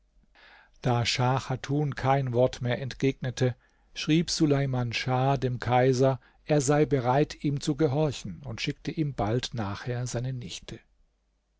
da schah chatun kein wort mehr entgegnete schrieb suleiman schah dem kaiser er sei bereit ihm zu gehorchen und schickte ihm bald nachher seine nichte